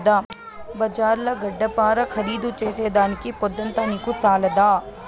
బజార్ల గడ్డపార ఖరీదు చేసేదానికి పొద్దంతా నీకు చాలదా